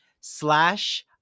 slash